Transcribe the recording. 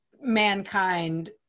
mankind